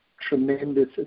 tremendous